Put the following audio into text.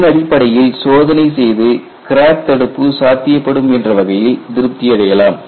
இதனடிப்படையில் சோதனை செய்து கிராக் தடுப்பு சாத்தியப்படும் என்ற வகையில் திருப்தி அடையலாம்